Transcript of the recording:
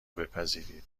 بپذیرید